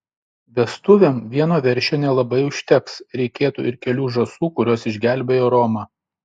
vestuvėm vieno veršio nelabai užteks reikėtų ir kelių žąsų kurios išgelbėjo romą